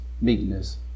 meekness